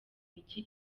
mijyi